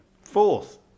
Fourth